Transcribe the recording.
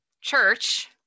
church